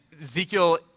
Ezekiel